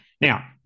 Now